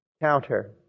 counter